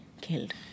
killed